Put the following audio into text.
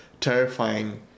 terrifying